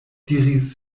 diris